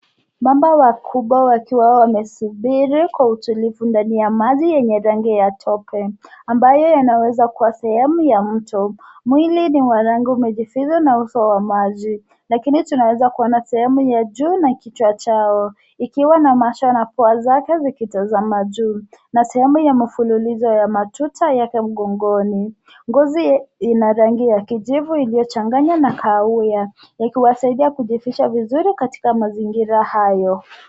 Mamba wakubwa wakiwa wamesubiri kwa utulivu ndani ya maji yenye rangi ya tope ambayo yanaweza kuwa sehemu ya mto. Mwili ni wa rangi umejificha na uso wa maji, lakini tunaweza kuona sehemu ya juu na kichwa chao ikiwa na macho na pua zake zikitazama juu na sehemu ya mafululizo ya matuta yake mgongoni. Ngozi ina rangi ya kijivu iliyochanganywa na kahawia yakiwasaidia kujificha vizuri katika mazingira hayo.